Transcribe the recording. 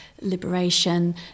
Liberation